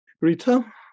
Rita